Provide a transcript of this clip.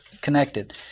connected